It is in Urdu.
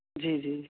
جی جی